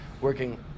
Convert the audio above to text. working